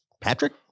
Patrick